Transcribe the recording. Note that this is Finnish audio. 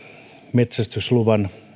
metsästysluvan